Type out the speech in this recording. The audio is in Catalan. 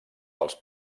dels